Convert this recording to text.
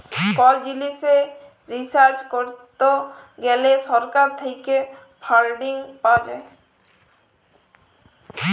call জিলিসে research করত গ্যালে সরকার থেক্যে ফান্ডিং পাওয়া যায়